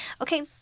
Okay